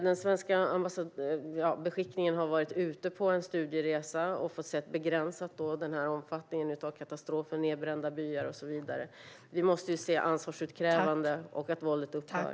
Den svenska beskickningen har varit ute på en studieresa och fått se, begränsat, omfattningen av katastrofen, nedbrända byar och så vidare. Vi måste se ett ansvarsutkrävande och att våldet upphör.